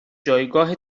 جایگاه